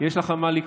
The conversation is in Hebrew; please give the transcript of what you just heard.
יש לך על מה לקפוץ,